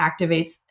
activates